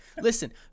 Listen